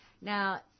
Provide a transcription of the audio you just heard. Now